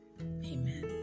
Amen